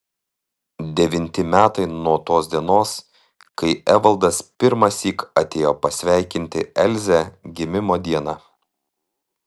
devinti metai nuo tos dienos kai evaldas pirmąsyk atėjo pasveikinti elzę gimimo dieną